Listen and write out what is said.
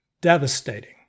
devastating